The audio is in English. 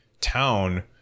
town